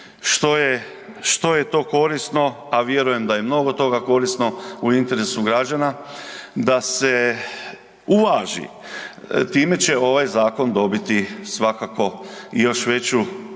što je to korisno, a vjerujem da je mnogo toga korisno u interesu građana da se uvaži, time će ovaj zakon dobiti svakako još veću pozitivnu